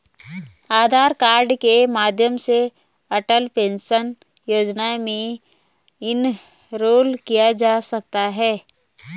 आधार card के माध्यम से अटल पेंशन योजना में इनरोल किया जा सकता है